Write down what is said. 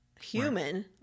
human